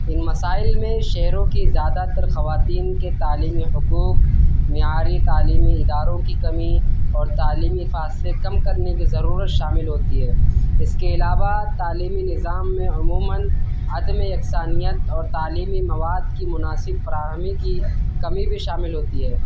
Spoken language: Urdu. ان مسائل میں شہروں کی زیادہ تر خواتین کے تعلیمی حقوق معیاری تعلیمی اداروں کی کمی اور تعلیمی فاصلے کم کرنے کی ضرورت شامل ہوتی ہے اس کے علاوہ تعلیمی نظام میں عموماً عدم یکسانیت اور تعلیمی مواد کی مناسب فراہمی کی کمی بھی شامل ہوتی ہے